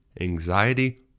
anxiety